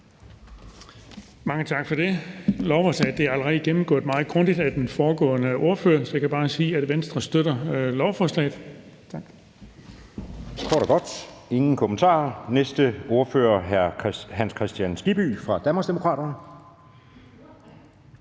Mange tak for det. Lovforslaget er allerede gennemgået meget grundigt af den foregående ordfører, så jeg kan bare sige, at Venstre støtter lovforslaget. Tak. Kl. 09:04 Den fg. formand (Jeppe Søe): Der er ingen korte bemærkninger. Næste ordfører er hr. Hans Kristian Skibby fra Danmarksdemokraterne.